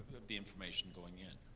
of the information going in.